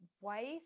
wife